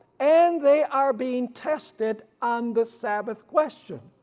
and they are being tested on the sabbath question.